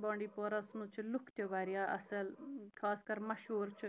بانٛڈی پورہَس منٛز چھِ لُکھ تہِ واریاہ اَصٕل خاص کَر مشہوٗر چھِ